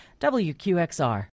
WQXR